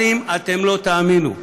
אתם לא תאמינו,